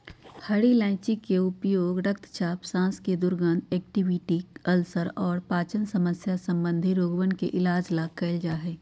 हरी इलायची के उपयोग रक्तचाप, सांस के दुर्गंध, कैविटी, अल्सर और पाचन समस्या संबंधी रोगवन के इलाज ला कइल जा हई